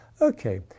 okay